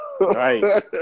Right